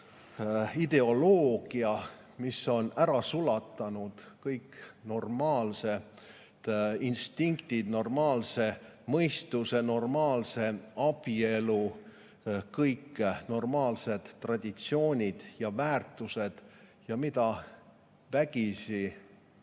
ideoloogia, mis on ära sulatanud kõik normaalsed instinktid, normaalse mõistuse, normaalse abielu, kõik normaalsed traditsioonid ja väärtused. Vägisi